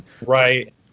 Right